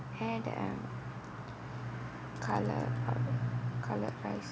henna coloured coloured rice